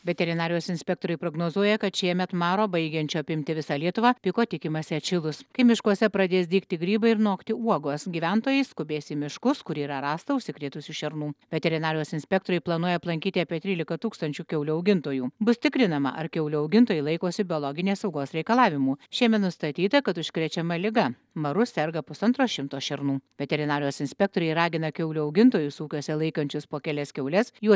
veterinarijos inspektoriai prognozuoja kad šiemet maro baigiančio apimti visą lietuvą piko tikimasi atšilus kai miškuose pradės dygti grybai ir nokti uogos gyventojai skubės į miškus kur yra rasta užsikrėtusių šernų veterinarijos inspektoriai planuoja aplankyti apie trylika tūkstančių kiaulių augintojų bus tikrinama ar kiaulių augintojai laikosi biologinės saugos reikalavimų šiemet nustatyta kad užkrečiama liga maru serga pusantro šimto šernų veterinarijos inspektoriai ragina kiaulių augintojus ūkiuose laikančius po kelias kiaules jų